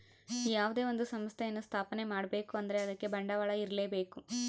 ಯಾವುದೇ ಒಂದು ಸಂಸ್ಥೆಯನ್ನು ಸ್ಥಾಪನೆ ಮಾಡ್ಬೇಕು ಅಂದ್ರೆ ಅದಕ್ಕೆ ಬಂಡವಾಳ ಇರ್ಲೇಬೇಕು